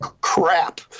crap